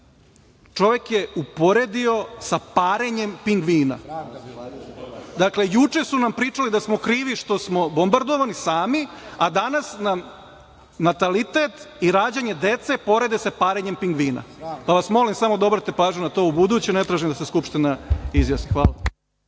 čovek je uporedio sa parenjem pingvina. Dakle, juče su nam pričali da smo krivi što smo bombardovani sami, a danas nam natalitet i rađanje dece porede sa parenjem pingvina. Pa vas molim samo da obratite pažnju na to u buduće. Ne tražim da se Skupština izjasni. Hvala.